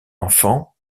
enfant